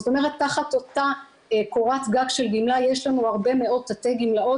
זאת אומרת תחת אותה קורת גג של גימלה יש לנו הרבה מאוד תתי גמלאות